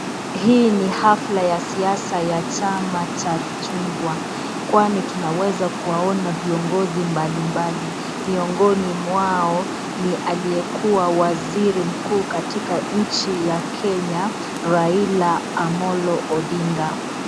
Hii ni hafla ya siasa ya chama cha chungwa, kwani tunaweza kuwaona viongozi mbalimbali, miongoni mwao ni aliyekuwa waziri kuu katika nchi ya Kenya Raila Amolo Odinga.